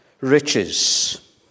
Riches